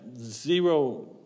zero